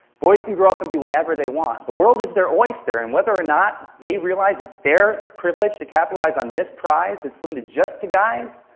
boys can grow up and be whatever they want. the world is their oyster, and whether or not they realize, it's their privilege to capitalize on this prize, it's limited just to guys.